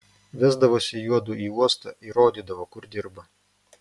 vesdavosi juodu į uostą ir rodydavo kur dirba